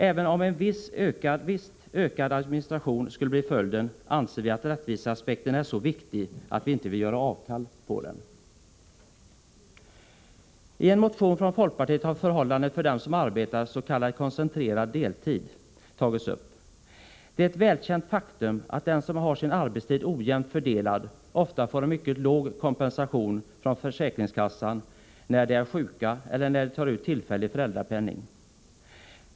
Även om viss ökad administration skulle bli följden anser vi att rättviseaspekten är så viktig att vi inte vill göra avkall på den. I en motion från folkpartiet har förhållandena för dem som arbetar s.k. koncentrerad deltid tagits upp. Det är ett välkänt faktum att de som har sin arbetstid ojämnt fördelad ofta får en mycket låg kompensation från försäkringskassan när de är sjuka eller när de tar ut tillfällig föräldrapenning.